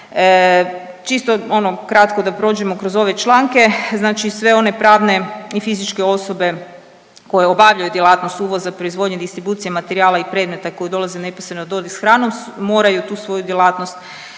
Čisto ono kratko da prođemo kroz ove članke, znači sve one pravne i fizičke osobe koje obavljaju djelatnost uvoza, proizvodnje i distribucije materijala i predmeta koji dolaze u neposredan dodir s hranom moraju tu svoju djelatnost definirati